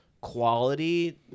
quality